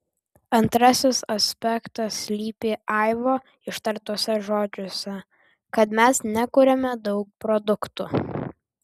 antrasis aspektas slypi aivo ištartuose žodžiuose kad mes nekuriame daug produktų